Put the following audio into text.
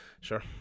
sure